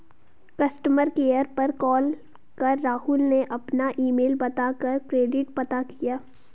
customer care पर call कर राहुल ने अपना ईमेल बता कर क्रेडिट पता किया